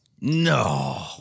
No